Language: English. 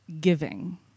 giving